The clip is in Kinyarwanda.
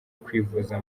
kwivuza